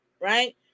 Right